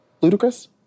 ludicrous